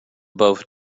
both